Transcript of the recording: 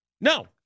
No